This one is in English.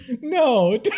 no